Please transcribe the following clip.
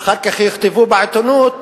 ואחר כך יכתבו בעיתונות